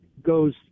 goes